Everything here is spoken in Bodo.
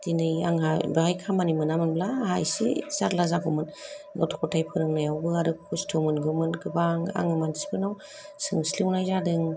दिनै आंहा बेहाय खामानि मोनमोनब्ला आहा एसे जारला जागौमोन गथ' गथाय फोरोंनावयावबो खस्थ' मोनगौमोन गोबां आं मानसिफोरनाव सोंस्लुनाय जादों